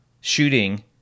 shooting